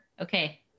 Okay